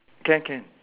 can can